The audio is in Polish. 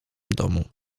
domu